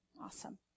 Awesome